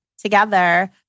together